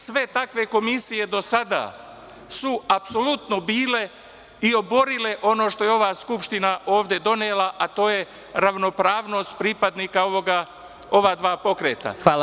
Sve takve komisije do sada su apsolutno bile i oborile ono što je ova Skupština ovde donela, a to je ravnopravnost pripadnika ova dva pokreta.